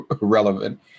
relevant